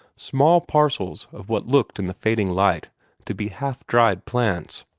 small parcels of what looked in the fading light to be half-dried plants.